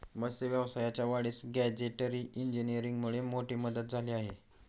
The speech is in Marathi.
मत्स्य व्यवसायाच्या वाढीस गॅजेटरी इंजिनीअरिंगमुळे मोठी मदत झाली आहे